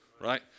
right